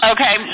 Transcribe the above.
Okay